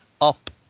up